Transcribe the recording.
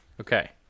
Okay